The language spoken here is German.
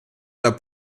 der